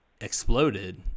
exploded